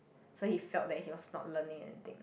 so he felt that he was not learning anything